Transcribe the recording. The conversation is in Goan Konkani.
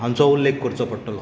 हांचो उल्लेख करचो पडटलो